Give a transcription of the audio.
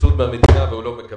סבסוד מהמדינה, אבל הילד לא מקבל